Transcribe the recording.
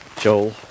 Joel